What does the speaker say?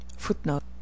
footnote